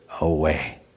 away